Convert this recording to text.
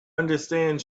understand